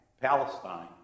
Palestine